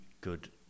good